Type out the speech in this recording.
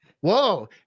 Whoa